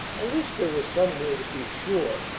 i wish there was some way to be sure.